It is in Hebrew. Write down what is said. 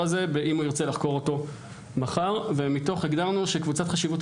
הזה באם הוא ירצה לחקור אותו מחר והגדרנו שקבוצת חשיבות